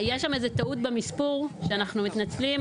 יש שם טעות במספור, אנחנו מתנצלים.